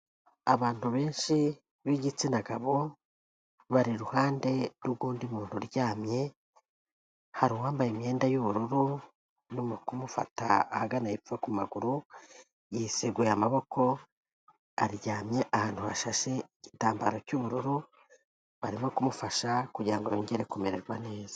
Abantu benshi b'igitsina gabo, bari iruhande rw'undi muntu uryamye, hari uwambaye imyenda y'ubururu urimo kumufata ahagana hepfo ku maguru, yiseguye amaboko, aryamye ahantu hashashe igitambaro cy'ubururu, barimo kumufasha kugira ngo yongere kumererwa neza.